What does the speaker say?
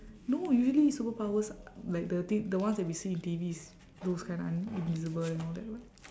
no usually superpowers like the T the ones that we see in T_Vs those kind un~ invisible you know that one